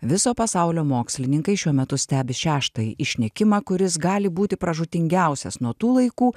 viso pasaulio mokslininkai šiuo metu stebi šeštąjį išnykimą kuris gali būti pražūtingiausias nuo tų laikų